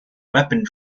weaponry